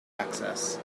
access